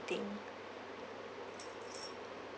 thing